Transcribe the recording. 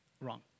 Wrong